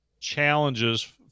challenges